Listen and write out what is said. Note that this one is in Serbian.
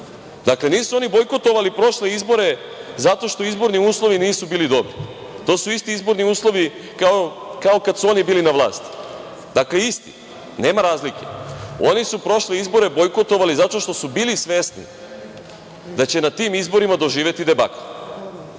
Dakle, nisu oni bojkotovali prošle izbore zato što izborni uslovi nisu bili dobri. To su isti izborni uslovi kao kada su oni bili na vlasti, dakle isti, nema razlike. Oni su prošle izbore bojkotovali zato što su bili svesni da će na tim izborima doživeti debakl. Danas